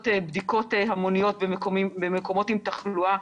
בדיקות המוניות במקומות עם תחלואה,